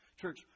Church